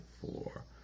four